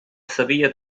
sabia